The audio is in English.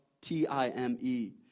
T-I-M-E